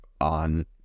on